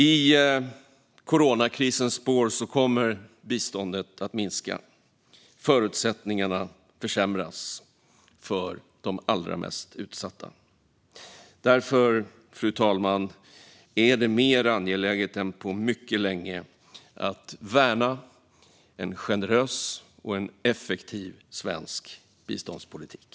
I coronakrisens spår kommer biståndet att minska och förutsättningarna att försämras för de allra mest utsatta. Därför, fru talman, är det mer angeläget än på mycket länge att värna en generös och effektiv svensk biståndspolitik.